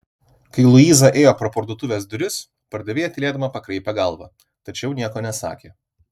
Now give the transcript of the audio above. kai luiza ėjo pro parduotuvės duris pardavėja tylėdama pakraipė galvą tačiau nieko nesakė